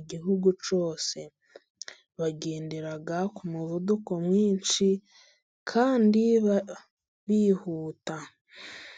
igihugu cyose, bagendera ku muvuduko mwinshi kandi bihuta.